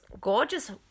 gorgeous